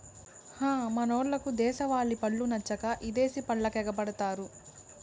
హ మనోళ్లకు దేశవాలి పండ్లు నచ్చక ఇదేశి పండ్లకెగపడతారు